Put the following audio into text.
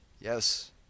yes